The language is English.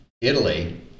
italy